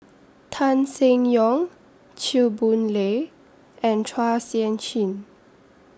Tan Seng Yong Chew Boon Lay and Chua Sian Chin